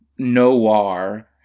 Noir